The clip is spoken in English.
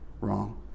wrong